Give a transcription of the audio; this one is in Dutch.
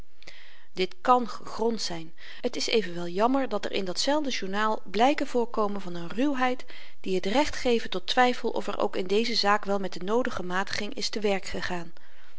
dit kàn gegrond zyn t is evenwel jammer dat er in datzelfde journaal blyken voorkomen van n ruwheid die t recht geven tot twyfel of er ook in deze zaak wel met de noodige matiging is te werk gegaan